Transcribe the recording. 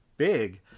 big